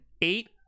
eight